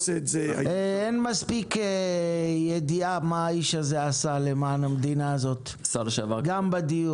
אין מספיק ידיעה מה האיש הזה עשה למען המדינה הזאת גם בדיור,